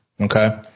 okay